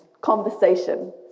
conversation